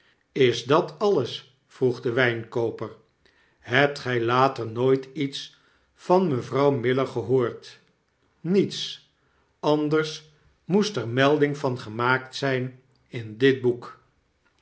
is dat alles vroeg de wfinkooper hebt gg later nooit iets van mevrouw miller gehoord niets anders moest er melding van gemaakt zjjn in dit boek